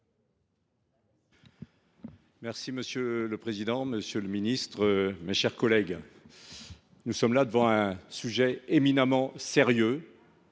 vote. Monsieur le président, monsieur le ministre, mes chers collègues, il s’agit là d’un sujet éminemment sérieux.